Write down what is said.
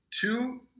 two